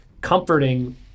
comforting